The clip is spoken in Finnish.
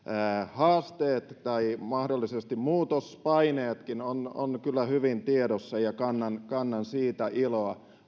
haasteet tai mahdollisesti muutospaineetkin ovat kyllä hyvin tiedossa ja kannan kannan siitä iloa